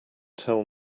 tell